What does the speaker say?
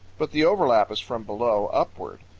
but the overlap is from below upward.